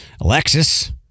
Alexis